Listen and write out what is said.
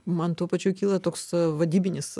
man tuo pačiu kyla toks vadybinis